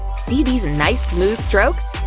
see these nice smooth strokes?